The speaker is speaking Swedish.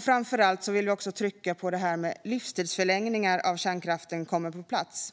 Framför allt vill vi trycka på att livstidsförlängningar av kärnkraften ska komma på plats.